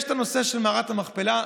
יש הנושא של מערת המכפלה,